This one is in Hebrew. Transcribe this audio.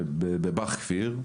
בבא"ח כפיר?